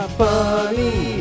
funny